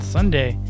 Sunday